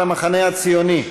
של המחנה הציוני.